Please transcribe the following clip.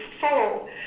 follow